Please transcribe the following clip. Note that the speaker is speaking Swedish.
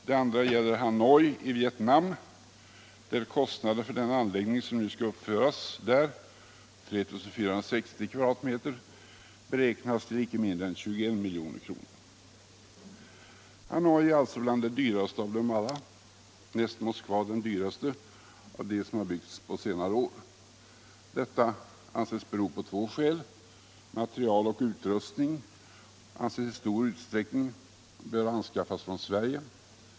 Det andra gäller Hanoi i Vietnam, där kostnaderna för den anläggning som nu skall uppföras — den omfattar 3 460 m? — beräknas till icke mindre än 21 milj.kr. Hanoi är alltså bland de dyraste av dem alla — näst Moskva den dyraste av dem som har byggts på senare år. Detta anses ha två skäl. Material och utrustning anses i stor utsträckning böra anskaffas från Sverige.